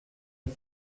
est